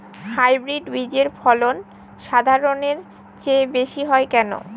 Hybrid বীজের ফলন সাধারণের চেয়ে বেশী হয় কেনো?